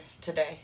today